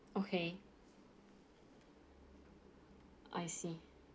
okay I see